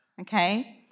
okay